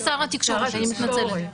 שר התקשורת, אני מתנצלת.